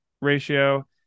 ratio